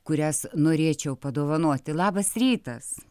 kurias norėčiau padovanoti labas rytas